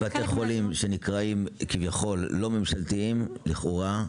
בתי חולים שנקראים כביכול לא ממשלתיים, לכאורה,